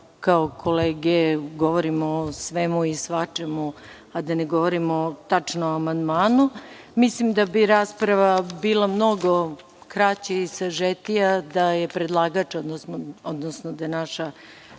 da kao kolege govorim o svemu i svačemu, a da ne govorim o amandmanu. Mislim da bi rasprava bila mnogo kraća i sažetija da je predlagač, odnosno da je naša